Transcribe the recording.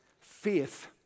faith